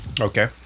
Okay